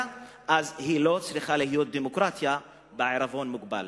אז היא לא צריכה להיות דמוקרטיה בעירבון מוגבל.